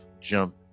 jump